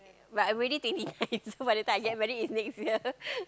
but I'm already twenty nine so by the time I get married it's next year